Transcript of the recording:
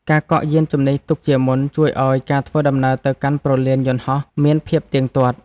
ការកក់យានជំនិះទុកជាមុន ជួយឱ្យការធ្វើដំណើរទៅកាន់ព្រលានយន្តហោះមានភាពទៀងទាត់។